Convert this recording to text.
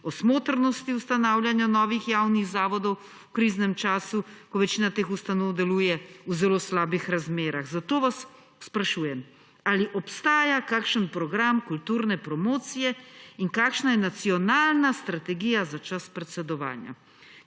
o smotrnosti ustanavljanja novih javnih zavodov v kriznem času, ko večina teh ustanov deluje v zelo slabih razmerah. Zato vas sprašujem: Ali obstaja kakšen program kulturne promocije in kakšna je nacionalna strategija za čas predsedovanja?